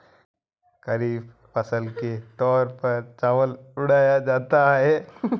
खरीफ फसल के तौर पर चावल उड़ाया जाता है